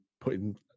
putting